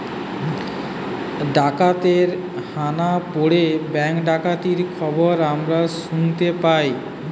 ডাকাতের হানা পড়ে ব্যাঙ্ক ডাকাতির খবর আমরা শুনতে পাই